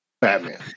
Batman